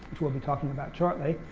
which we'll be talking about shortly.